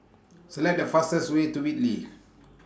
Select The fastest Way to Whitley